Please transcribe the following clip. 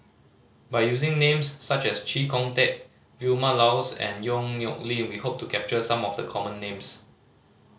by using names such as Chee Kong Tet Vilma Laus and Yong Nyuk Lin we hope to capture some of the common names